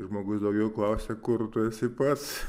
žmogus daugiau klausia kur tu esi pats